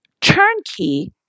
Turnkey